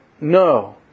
no